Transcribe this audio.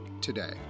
today